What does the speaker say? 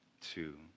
two